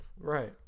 Right